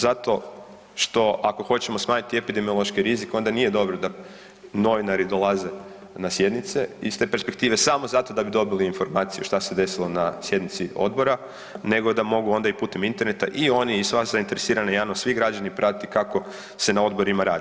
Zato što ako hoćemo smanjiti epidemiološke rizike onda nije dobro da novinari dolaze na sjednice iz te perspektive samo zato da bi dobili informaciju šta se desilo na sjednici odbora nego da mogu onda i putem interneta i oni i sva zainteresirana javnost, svi građani pratiti kako se na odborima radi.